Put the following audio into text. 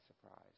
surprise